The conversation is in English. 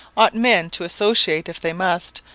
ought men to associate, if they must,